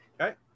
Okay